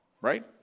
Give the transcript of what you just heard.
right